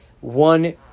One